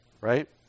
Right